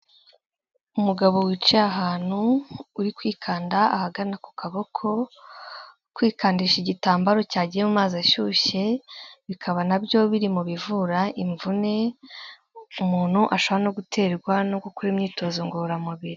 Umugabo wicaye ahantu, uri kwikanda ahagana ku kaboko, kwikandisha igitambaro cyagiye mu mazi ashyushye, bikaba na byo biri mu bivura imvune umuntu ashobora no guterwa no gukora imyitozo ngororamubiri.